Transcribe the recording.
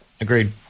Agreed